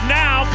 now